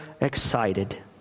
excited